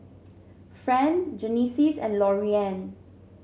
Friend Genesis and Lorean